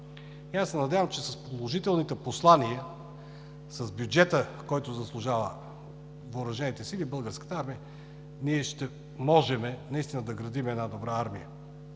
помага. Надявам се, че с положителните послания, с бюджета, който заслужават въоръжените сили, Българската армия, ние ще можем наистина да градим една добра армия.